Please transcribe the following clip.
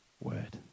word